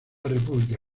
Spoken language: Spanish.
república